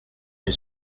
est